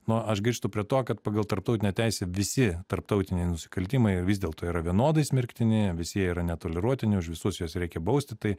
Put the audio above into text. nu aš grįžtu prie to kad pagal tarptautinę teisę visi tarptautiniai nusikaltimai jie vis dėlto yra vienodai smerktini visi jie yra netoleruotini už visus juos reikia bausti tai